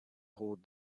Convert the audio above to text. hold